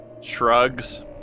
shrugs